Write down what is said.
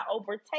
overtake